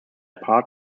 part